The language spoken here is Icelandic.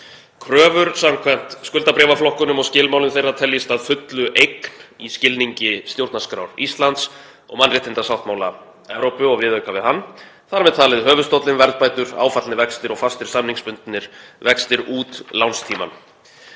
Kröfur samkvæmt skuldabréfaflokkunum og skilmálum þeirra teljist að fullu eign í skilningi stjórnarskrár Íslands og mannréttindasáttmála Evrópu og viðauka við hann, þar með talið höfuðstóllinn, verðbætur, áfallnir vextir og fastir samningsbundnir vextir út lánstímann.